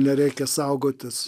nereikia saugotis